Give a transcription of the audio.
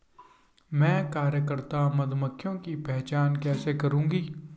मैं कार्यकर्ता मधुमक्खियों की पहचान कैसे करूंगी?